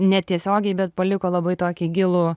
netiesiogiai bet paliko labai tokį gilų